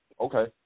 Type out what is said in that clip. Okay